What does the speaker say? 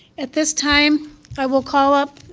at this time i will call up